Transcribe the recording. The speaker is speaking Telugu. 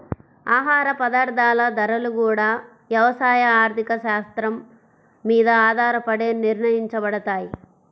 ఆహార పదార్థాల ధరలు గూడా యవసాయ ఆర్థిక శాత్రం మీద ఆధారపడే నిర్ణయించబడతయ్